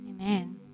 Amen